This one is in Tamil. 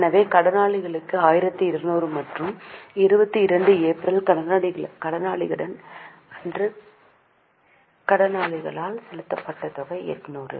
எனவே கடனாளிகளுக்கு 1200 மற்றும் 22 ஏப்ரல்ல் கடனாளிகள் அன்று கடனாளர்களால் செலுத்தப்பட்ட தொகை 800